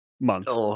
months